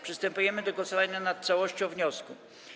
Przystępujemy do głosowania nad całością wniosku.